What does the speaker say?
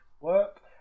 work